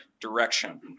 direction